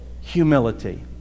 humility